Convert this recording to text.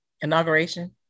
inauguration